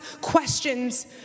questions